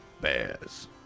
bears